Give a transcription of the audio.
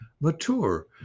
mature